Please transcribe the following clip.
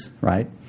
Right